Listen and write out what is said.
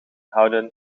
houdend